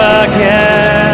again